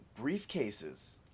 briefcases